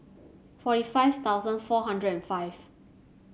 forty five thousand four hundred and five